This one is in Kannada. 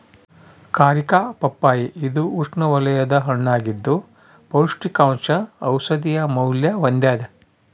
ಕಾರಿಕಾ ಪಪ್ಪಾಯಿ ಇದು ಉಷ್ಣವಲಯದ ಹಣ್ಣಾಗಿದ್ದು ಪೌಷ್ಟಿಕಾಂಶ ಔಷಧೀಯ ಮೌಲ್ಯ ಹೊಂದ್ಯಾದ